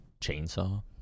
Chainsaw